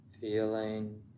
feeling